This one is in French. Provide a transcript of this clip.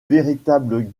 véritables